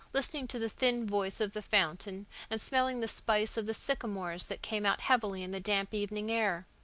listening to the thin voice of the fountain and smelling the spice of the sycamores that came out heavily in the damp evening air.